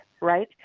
right